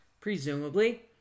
presumably